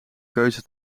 keuze